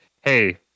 hey